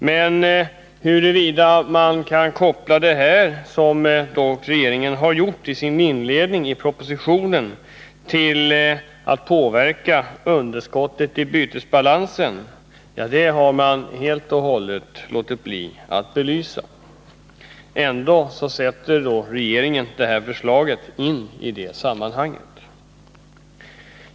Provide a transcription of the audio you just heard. Men hur detta — vilket skett i inledningen till propositionen — kan kopplas till underskottet i bytesbalansen har man helt och hållet låtit bli att belysa. Ändå sätter regeringen in detta förslag i det sammanhanget.